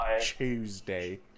Tuesday